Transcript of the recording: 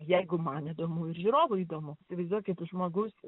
jeigu man įdomu ir žiūrovui įdomu įsivaizduokit žmogus